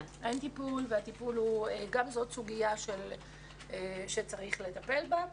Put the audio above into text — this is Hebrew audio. אין טיפול וגם זאת סוגיה שצריך לטפל בה.